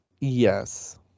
Yes